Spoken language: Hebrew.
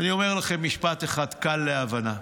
אני אומר לכם משפט אחד קל להבנה: